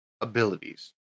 abilities